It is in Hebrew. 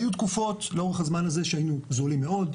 היו תקופות לאורך הזמן הזה שהיינו זולים מאוד,